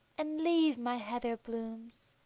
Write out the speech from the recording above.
and leave my heather blooms.